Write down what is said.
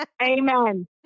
Amen